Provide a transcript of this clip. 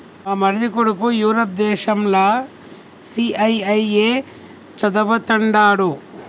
మా మరిది కొడుకు యూరప్ దేశంల సీఐఐఏ చదవతండాడు